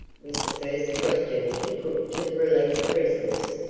was the first question he put to the released prisoners.